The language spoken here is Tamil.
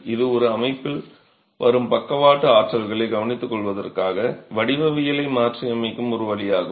இது ஒரு அமைப்பில் வரும் பக்கவாட்டு ஆற்றல்களைக் கவனித்துக்கொள்வதற்காக வடிவவியலை மாற்றியமைக்கும் ஒரு வழியாகும்